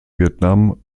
vietnam